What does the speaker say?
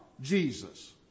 Jesus